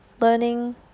learning